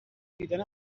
دیدن